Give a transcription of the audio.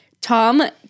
Tom